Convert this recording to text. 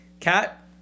Cat